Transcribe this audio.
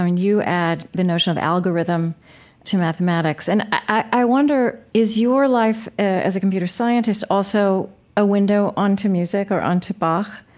and you add the notion of algorithm to mathematics. and i wonder, is your life as a computer scientist also a window onto music or onto bach?